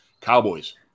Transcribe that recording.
Cowboys